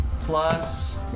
Plus